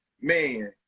Man